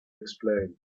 explain